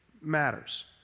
matters